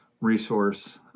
resource